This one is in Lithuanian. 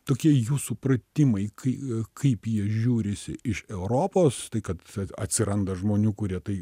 tokie jūsų pratimai kai kaip jie žiūrisi iš europos tai kad atsiranda žmonių kurie tai